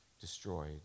destroyed